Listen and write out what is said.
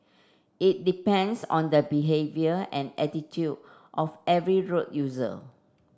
it depends on the behaviour and attitude of every road user